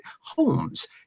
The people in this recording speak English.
homes